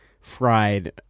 Fried